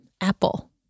Apple